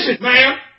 Man